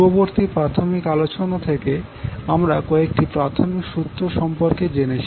পূর্ববর্তী প্রাথমিক আলোচনা থেকে আমরা কয়েকটি প্রাথমিক সূত্র সম্পর্কে জেনেছি